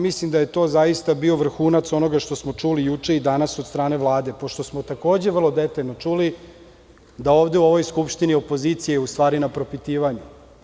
Mislim da je to zaista bio vrhunac onoga što smo čuli juče i danas od strane Vlade, pošto smo takođe vrlo detaljno čuli da ovde u ovoj Skupštini opozicija je u stvari na propitivanju.